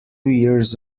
years